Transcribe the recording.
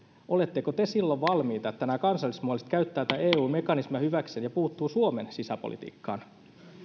oletteko te silloin valmiita siihen että nämä kansallismieliset käyttävät tätä eu mekanismia hyväkseen ja puuttuvat suomen sisäpolitiikkaan